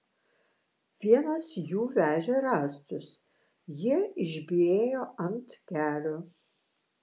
vienas jų vežė rąstus jie išbyrėjo ant kelio